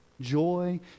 joy